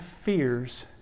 fears